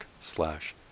slash